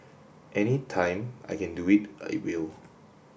any time I can do it I will